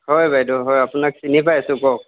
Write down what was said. হয় বাইদেউ হয় আপোনাক চিনি পাই আছোঁ কওক